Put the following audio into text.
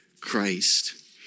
Christ